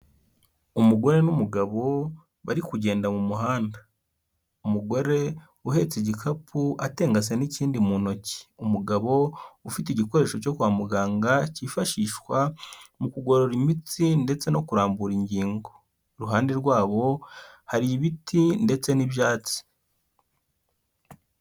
Umugore n'umugabo bari kugenda mu muhanda, umugore uhetse igikapu atengase n'ikindi mu ntoki, umugabo ufite igikoresho cyo kwa muganga cyifashishwa mu kugorora imitsi ndetse no kurambura ingingo, iruhande rwabo hari ibiti ndetse n'ibyatsi.